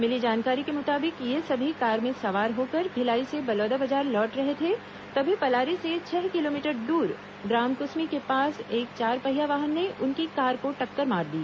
मिली जानकारी के मुताबिक ये सभी कार में सवार होकर भिलाई से बलौदाबाजार लौट रहे थे तभी पलारी से छह किलोमीटर द्र ग्राम कुसमी के पास एक चारपहिया वाहन ने उनकी कार को टक्कर मार दी